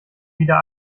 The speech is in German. wieder